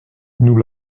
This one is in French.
nous